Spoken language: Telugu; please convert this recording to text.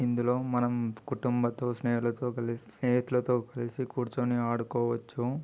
ఇందులో మనం కుటుంబతో స్నేహాలతో కలిసి స్నేహితులతో కలిసి కూర్చొని ఆడుకోవచ్చు